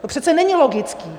To přece není logické!